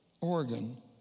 Oregon